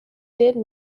did